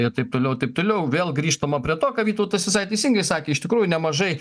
ir taip toliau taip toliau vėl grįžtama prie to ką vytautas visai teisingai sakė iš tikrųjų nemažai